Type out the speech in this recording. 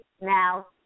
now